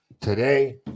Today